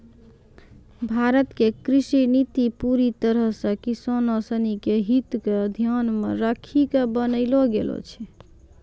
भारत के कृषि नीति पूरी तरह सॅ किसानों सिनि के हित क ध्यान मॅ रखी क बनैलो गेलो छै